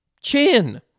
chin